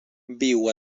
viu